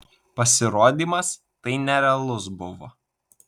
pasirodymas tai nerealus buvo